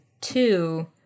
two